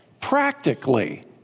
practically